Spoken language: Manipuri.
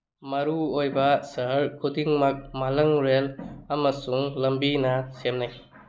ꯃꯔꯨ ꯑꯣꯏꯕ ꯁꯍꯔ ꯈꯨꯗꯤꯡꯃꯛ ꯃꯥꯂꯪ ꯔꯦꯜ ꯑꯃꯁꯨꯡ ꯂꯝꯕꯤꯅ ꯁꯦꯝꯅꯩ